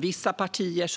Vissa partier